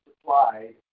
supplied